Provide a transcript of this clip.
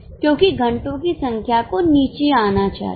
नहीं क्योंकि घंटों की संख्या को नीचे आना चाहिए